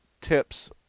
tips